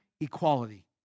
equality